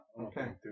Okay